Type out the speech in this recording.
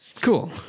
Cool